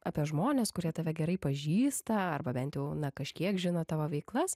apie žmones kurie tave gerai pažįsta arba bent jau kažkiek žino tavo veiklas